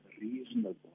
reasonable